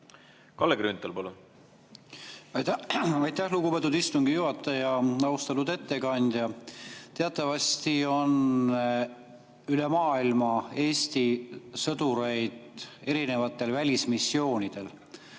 Kalle Grünthal, palun! Aitäh, lugupeetud istungi juhataja! Austatud ettekandja! Teatavasti on üle maailma Eesti sõdureid erinevatel välismissioonidel.